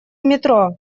метро